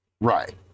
Right